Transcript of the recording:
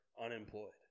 unemployed